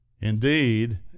Indeed